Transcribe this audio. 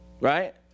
right